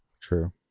True